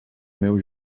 meu